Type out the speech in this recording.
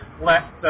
let